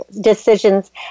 decisions